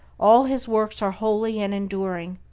all his works are holy and enduring,